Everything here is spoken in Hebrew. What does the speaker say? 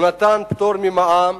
הוא נתן פטור ממע"מ,